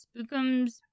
Spookums